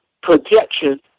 projection